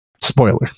Spoiler